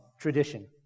tradition